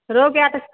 रोहू कए टके